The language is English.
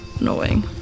annoying